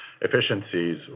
efficiencies